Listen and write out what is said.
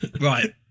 Right